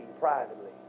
privately